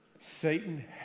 Satan